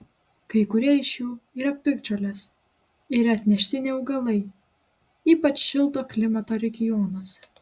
kai kurie iš jų yra piktžolės ir atneštiniai augalai ypač šilto klimato regionuose